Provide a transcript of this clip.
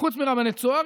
חוץ מרבני צה"ר,